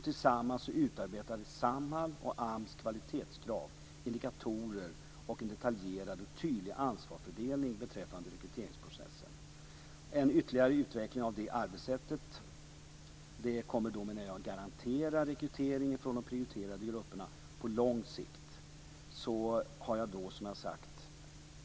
Tillsammans utarbetade Samhall och AMS kvalitetskrav, indikatorer och en detaljerad och tydlig ansvarsfördelning beträffande rekryteringsprocessen. Jag menar att en ytterligare utveckling av det arbetssättet kommer att garantera rekrytering från de prioriterade grupperna. Det här är en åtgärd på kort sikt.